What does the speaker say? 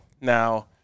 Now